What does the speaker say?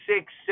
six